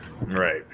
Right